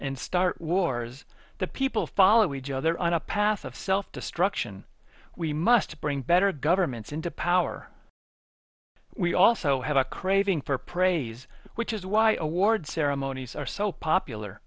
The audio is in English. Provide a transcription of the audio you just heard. and star wars the people follow each other on a path of self destruction we must bring better governments into power we also have a craving for praise which is why award ceremonies are so popular